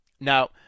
Now